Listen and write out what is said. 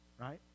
right